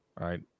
right